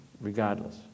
regardless